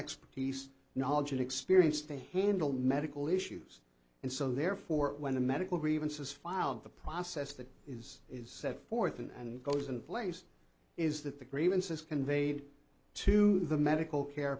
expertise knowledge and experience to handle medical issues and so therefore when the medical review says filed the process that is is set forth and goes in place is that the grievances conveyed to the medical care